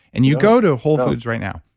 and you go to a whole foods right now.